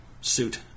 suit